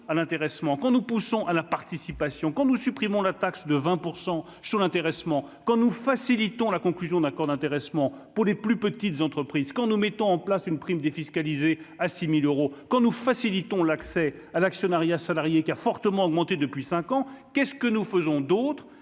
à l'intéressement quand nous poussons à la participation quand nous supprimons la taxe de 20 % sur l'intéressement quand nous facilitons la conclusion d'un accord d'intéressement pour les plus petites entreprises, quand nous mettons en place une prime défiscalisée à six mille euros quand nous facilitons l'accès à l'actionnariat salarié, qui a fortement augmenté depuis 5 ans, qu'est ce que nous faisons d'autre